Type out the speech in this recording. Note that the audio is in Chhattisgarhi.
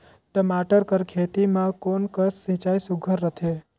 टमाटर कर खेती म कोन कस सिंचाई सुघ्घर रथे?